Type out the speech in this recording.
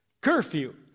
Curfew